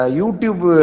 YouTube